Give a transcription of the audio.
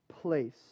place